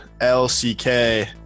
LCK –